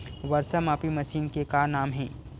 वर्षा मापी मशीन के का नाम हे?